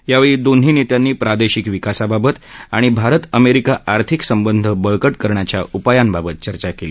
यावेळी दोन्ही नेत्यांनी प्रादेशिक विकासाबाबत आणि भारत अमेरिका आर्थिक संबंध बळक करण्याच्या उपायांबाबत चर्चा केली